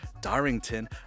darrington